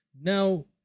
Now